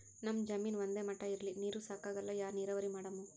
ನಮ್ ಜಮೀನ ಒಂದೇ ಮಟಾ ಇಲ್ರಿ, ನೀರೂ ಸಾಕಾಗಲ್ಲ, ಯಾ ನೀರಾವರಿ ಮಾಡಮು?